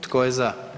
Tko je za?